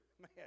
man